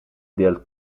del